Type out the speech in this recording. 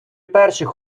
перших